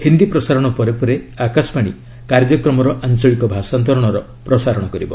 ହିନ୍ଦୀ ପ୍ରସାରଣ ପରେ ପରେ ଆକାଶବାଣୀ କାର୍ଯ୍ୟକ୍ରମର ଆଞ୍ଚଳିକ ଭାଷାନ୍ତରଣର ପ୍ରସାରଣ କରିବ